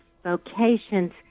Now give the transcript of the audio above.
vocations